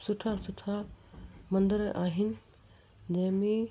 सुठा सुठा मंदर आहिनि जंहिं में